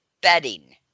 bedding